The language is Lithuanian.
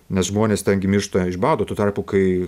nes žmonės ten gi miršta iš bado tuo tarpu kai